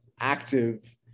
active